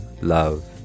love